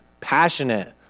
passionate